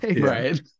Right